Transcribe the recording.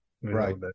Right